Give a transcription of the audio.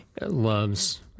loves